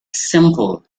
simple